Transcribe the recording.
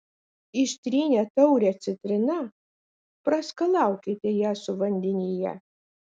ištrynę taurę citrina praskalaukite ją su vandenyje